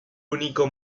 único